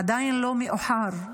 עדיין לא מאוחר.